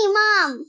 mom